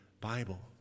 Bible